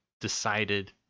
decided